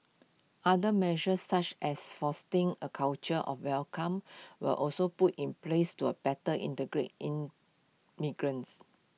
other measures such as fostering A culture of welcome were also put in place to A better integrate immigrants